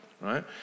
right